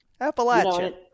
Appalachia